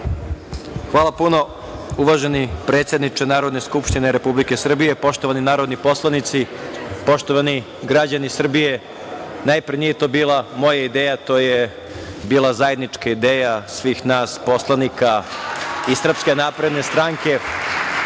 Hvala puno uvaženi predsedniče Narodne skupštine Republike Srbije. Poštovani narodni poslanici, poštovani građani Srbije, najpre, nije to bila moja ideja, to je bila zajednička ideja svih nas poslanika iz SNS i želim mojim